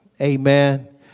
Amen